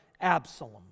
Absalom